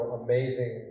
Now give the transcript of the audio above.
amazing